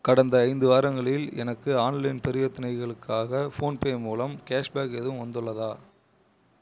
கடந்த ஐந்து வாரங்களில் எனக்கு ஆன்லைன் பரிவர்த்தனைகளுக்காக ஃபோன்பே மூலம் கேஷ்பேக் எதுவும் வந்துள்ளதா